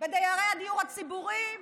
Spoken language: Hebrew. בדיירי הדיור הציבורי,